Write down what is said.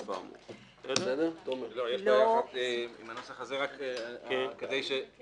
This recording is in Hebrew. כדי שיהיה ברור, וכדי שלא תשמע אחר כך טענה אחרת.